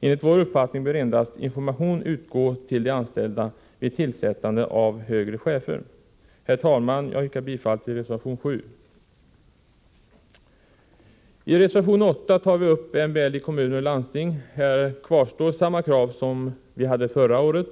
Enligt vår uppfattning bör endast information utgå till de anställda vid tillsättande av högre chefer. Herr talman! Jag yrkar bifall till reservation 7. I reservation 8 tar vi upp MBL i kommuner och landsting. Här kvarstår samma krav som vi hade förra året.